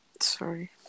Sorry